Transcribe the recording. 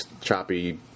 choppy